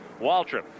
Waltrip